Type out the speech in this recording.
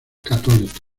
católica